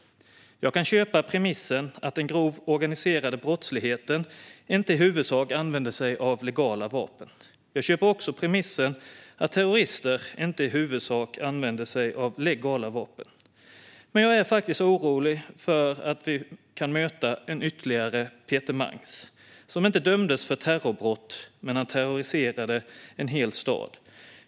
Jag köper premissen att den grova organiserade brottsligheten inte i huvudsak använder sig av legala vapen. Jag köper också premissen att terrorister inte i huvudsak använder sig av legala vapen. Men jag är orolig för att vi kan möta ytterligare en Peter Mangs. Han dömdes inte för terrorbrott, men han terroriserade en hel stad.